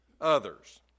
others